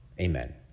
amen